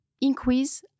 increase